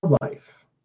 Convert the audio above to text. life